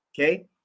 Okay